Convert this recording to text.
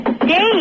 Dave